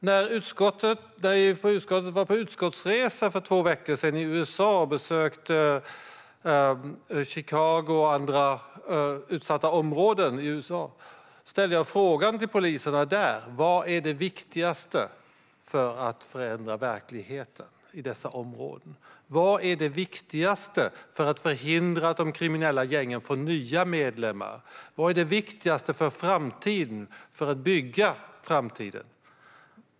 För två veckor sedan var vi på utskottsresa i USA och besökte Chicago och andra utsatta områden. Jag frågade poliserna där vad som är det viktigaste för att förändra verkligheten i dessa områden. Vad är det viktigaste för att förhindra att de kriminella gängen får nya medlemmar? Vad är det viktigaste för framtiden och för att bygga framtiden?